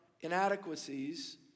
inadequacies